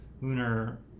lunar